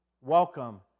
Welcome